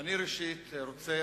ראשית אני רוצה,